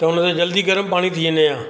त हुनते जल्दी गरम पाणी थी वञे हा